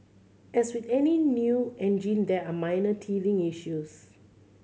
as with any new engine there are minor teething issues